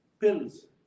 pills